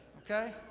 okay